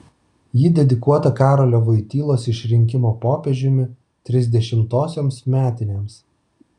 ji dedikuota karolio vojtylos išrinkimo popiežiumi trisdešimtosioms metinėms